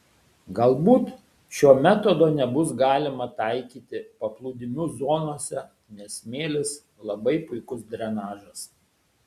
galbūt šio metodo nebus galima taikyti paplūdimių zonose nes smėlis labai puikus drenažas